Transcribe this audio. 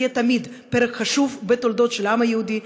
תמיד פרק חשוב בתולדות של העם היהודי,